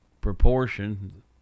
proportion